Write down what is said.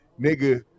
nigga